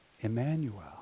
Emmanuel